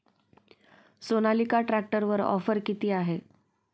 सोनालिका ट्रॅक्टरवर ऑफर किती आहे?